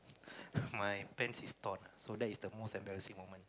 my pants is torn so that is the most embarrassing moment